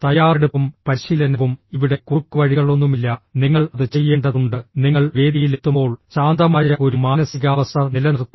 തയ്യാറെടുപ്പും പരിശീലനവും ഇവിടെ കുറുക്കുവഴികളൊന്നുമില്ല നിങ്ങൾ അത് ചെയ്യേണ്ടതുണ്ട് നിങ്ങൾ വേദിയിലെത്തുമ്പോൾ ശാന്തമായ ഒരു മാനസികാവസ്ഥ നിലനിർത്തണം